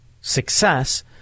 success